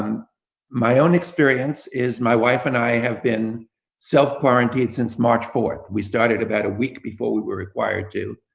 um my own experience is my wife and i have been self-quarantined since march fourth, we started about a week before we were required to.